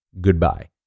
Goodbye